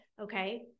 Okay